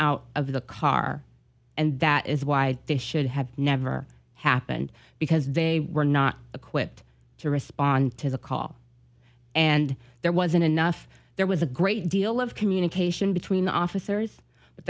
out of the car and that is why this should have never happened because they were not equipped to respond to the call and there wasn't enough there was a great deal of communication between officers but